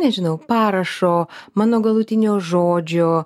nežinau parašo mano galutinio žodžio